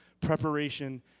preparation